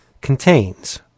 contains